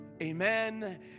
Amen